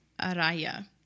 Araya